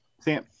Sam